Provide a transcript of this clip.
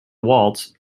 waltz